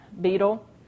beetle